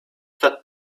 that